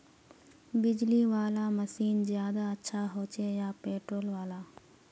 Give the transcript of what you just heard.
बिजली वाला मशीन ज्यादा अच्छा होचे या पेट्रोल वाला?